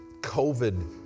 COVID